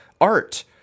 art